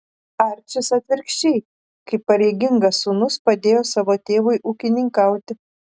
arčis atvirkščiai kaip pareigingas sūnus padėjo savo tėvui ūkininkauti